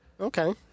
Okay